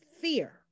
fear